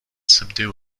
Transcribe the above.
subdue